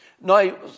Now